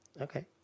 Okay